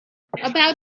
about